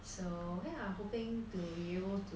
so ya hoping to be able to